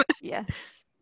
yes